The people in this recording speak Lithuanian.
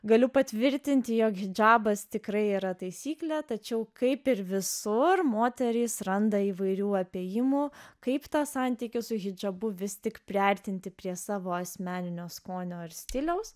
galiu patvirtinti jog hidžabas tikrai yra taisyklė tačiau kaip ir visur moterys randa įvairių apėjimų kaip tą santykį su hidžabu vis tik priartinti prie savo asmeninio skonio ir stiliaus